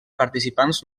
participants